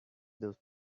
those